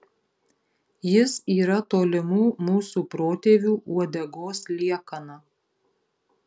jis yra tolimų mūsų protėvių uodegos liekana